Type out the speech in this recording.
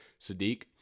Sadiq